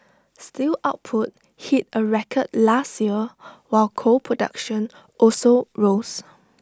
steel output hit A record last year while coal production also rose